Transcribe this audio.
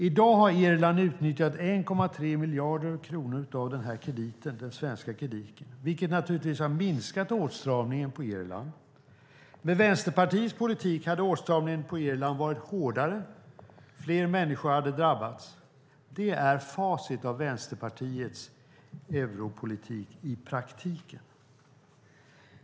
I dag har Irland utnyttjat 1,3 miljarder kronor av den svenska krediten, vilket naturligtvis har minskat åtstramningen på Irland. Med Vänsterpartiets politik hade åtstramningen på Irland varit hårdare, och fler människor hade drabbats. Det är facit av Vänsterpartiets europolitik i praktiken.